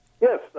Yes